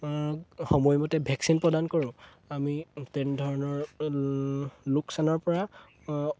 সময়মতে ভেকচিন প্ৰদান কৰোঁ আমি তেনেধৰণৰ লোকচানৰ পৰা